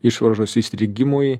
išvaržos įstrigimui